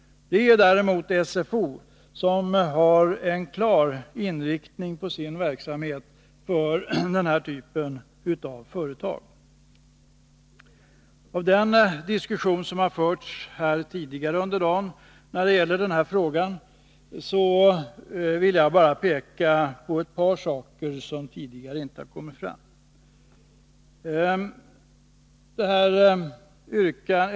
Det är däremot SFO, som har en klar inriktning på sin verksamhet för den här typen av företag. Med utgångspunkt i den diskussion som förts tidigare under dagen i den här frågan vill jag bara peka på ett par saker som inte förut kommit fram.